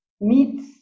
meets